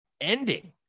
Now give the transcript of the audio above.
ending